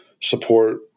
support